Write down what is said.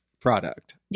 Product